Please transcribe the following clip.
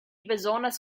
bezonas